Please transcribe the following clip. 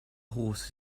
horse